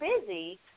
busy